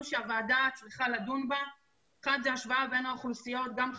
איזו שהיא הבנה שמדובר באוכלוסייה שהיא במקרים מסוימים